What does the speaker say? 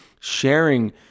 sharing